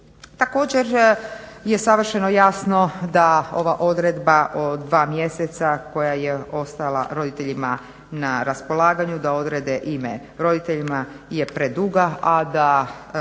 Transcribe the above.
Također, je savršeno jasno da ova odredba o 2 mjeseca koja je ostala roditeljima na raspolaganju da odrede ime, roditeljima je preduga, a da